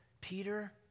Peter